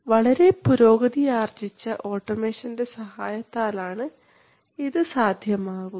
വളരെ പുരോഗതി ആർജ്ജിച്ച ഓട്ടോമേഷൻറെ സഹായത്താലാണ് ഇത് സാധ്യമാവുക